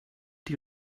die